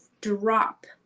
drop